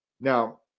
now